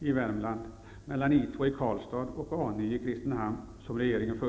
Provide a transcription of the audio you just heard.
i Värmland som föreslås av regeringen mellan I 2 i Karlstad och A 9 i Kristinehamn.